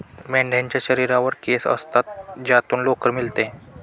मेंढ्यांच्या शरीरावर केस असतात ज्यातून लोकर मिळते